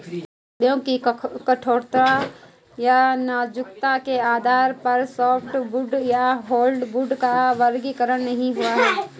लकड़ियों की कठोरता या नाजुकता के आधार पर सॉफ्टवुड या हार्डवुड का वर्गीकरण नहीं हुआ है